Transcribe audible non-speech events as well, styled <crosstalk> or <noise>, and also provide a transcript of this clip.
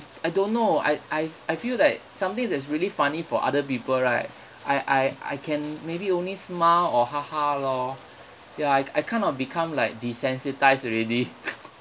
I don't know I I f~ I feel that something that's really funny for other people right I I I can maybe only smile or <laughs> lor ya I I kind of become like desensitised already <laughs>